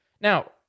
Now